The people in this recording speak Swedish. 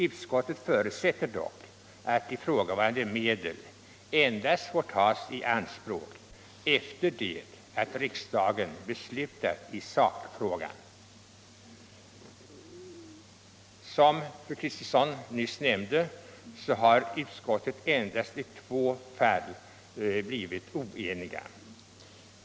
Utskottet förutsätter dock att ifrågavarande medel får tas i anspråk endast efter det att riksdagen beslutat i sakfrågan. Som fru Kristensson nämnde har utskottet endast i två fall blivit oenigt.